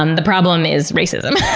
um the problem is racism,